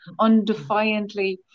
undefiantly